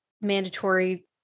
mandatory